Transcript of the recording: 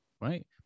Right